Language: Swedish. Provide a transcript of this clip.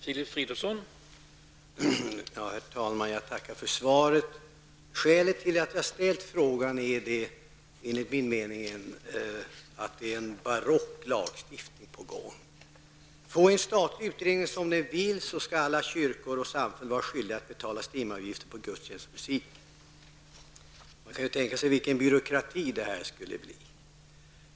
Herr talman! Jag tackar för svaret. Skälet till att jag ställde frågan är att det enligt min mening är fråga om en barock lagstiftning. Får en statlig utredning som den vill skall alla kyrkor och samfund vara skyldiga att betala STIM-avgift på gudtjänstmusik. Man kan ju tänka sig vilken byråkrati det skulle bli fråga om.